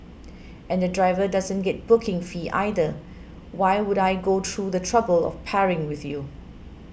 and the driver doesn't get booking fee either why would I go through the trouble of pairing with you